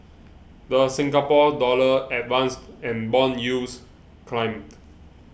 the Singapore Dollar advanced and bond yields climbed